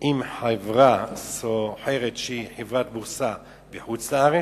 עם חברה סוחרת שהיא חברת בורסה בחוץ-לארץ,